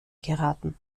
geraten